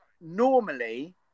normally